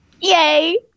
Yay